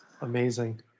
Amazing